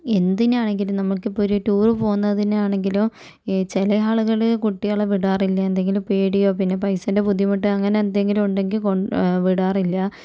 എന്തിനാണെങ്കിലും നമ്മക്കിപ്പോൾ ഒരു ടൂറ് പോകുന്നതിനാണെങ്കിലും ഈ ചില ആളുകള് കുട്ടികളെ വിടാറില്ല എന്തെങ്കിലും പേടിയോ പിന്നെ പൈസേൻ്റെ ബുദ്ധിമുട്ടോ അങ്ങനെ എന്തെങ്കിലും ഉണ്ടെങ്കിൽ കൊൺ വിടാറില്ല